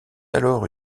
alors